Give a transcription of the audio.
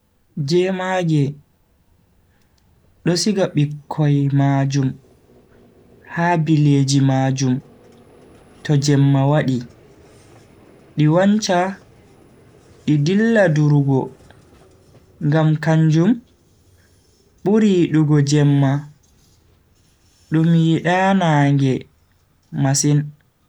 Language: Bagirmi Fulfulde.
Jemaage do siga bikkoi majum ha bileeji majum to jemma wadi di wancha di dilla durugo, ngam kanjum buri yidugo jemma dum yida nange masin.